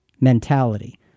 mentality